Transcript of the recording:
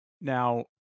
Now